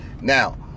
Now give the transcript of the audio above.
now